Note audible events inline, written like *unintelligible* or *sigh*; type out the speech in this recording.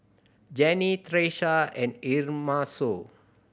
Jannie *unintelligible* and *unintelligible*